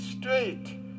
straight